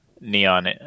Neon